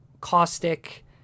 caustic